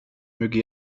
möge